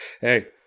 Hey